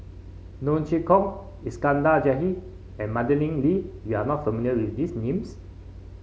Neo Chwee Kok Iskandar Jalil and Madeleine Lee you are not familiar with these names